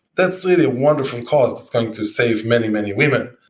that's really wonderful cause that's going to save many, many women,